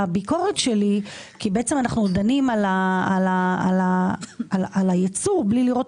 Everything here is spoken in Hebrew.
הביקורת שלי כי בעצם אנחנו דנים על היצור בלי לראות